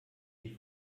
die